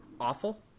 awful